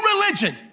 religion